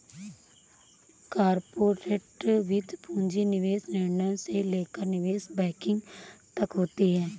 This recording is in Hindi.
कॉर्पोरेट वित्त पूंजी निवेश निर्णयों से लेकर निवेश बैंकिंग तक होती हैं